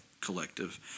collective